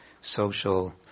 social